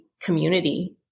community